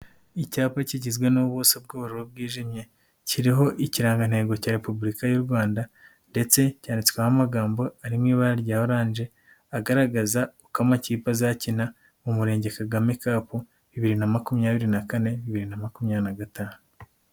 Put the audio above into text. Icyapa kigizwe n'ubuso bworo bwijimye kiriho ikirangantego cya repubulika y'u Rwanda, ndetse yantswehomo ari mu ibara rya oranje agaragaza uko amakipe azakina mu murenge Kagame Cup bibiri na makumyabiri na kane, bibiri na makumyabiri na gatanu.